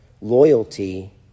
loyalty